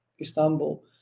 Istanbul